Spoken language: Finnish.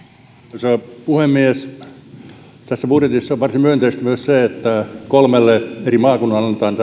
arvoisa puhemies tässä budjetissa on varsin myönteistä myös se että kolmelle eri maakunnalle annetaan